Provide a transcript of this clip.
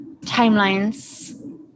timelines